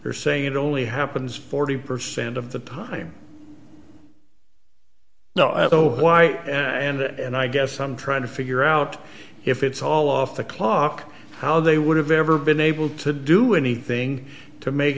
you're saying it only happens forty percent of the time no and no why and i guess i'm trying to figure out if it's all off the clock how they would have ever been able to do anything to make